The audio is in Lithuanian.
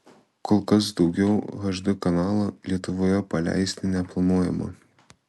kol kas daugiau hd kanalų lietuvoje paleisti neplanuojama